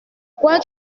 quoi